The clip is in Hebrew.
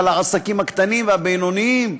על העסקים הקטנים והבינוניים.